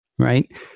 Right